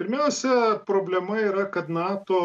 pirmiausia problema yra kad nato